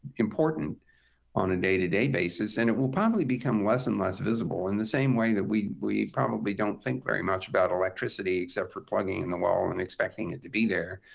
important on a day-to-day basis. and it will probably become less and less visible. in the same way that we we probably don't think very much about electricity except for plugging in the wall and expecting it to be there,